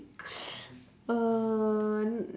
uh